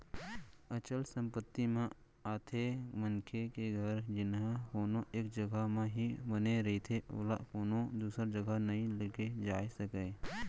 अचल संपत्ति म आथे मनखे के घर जेनहा कोनो एक जघा म ही बने रहिथे ओला कोनो दूसर जघा नइ लेगे जाय सकय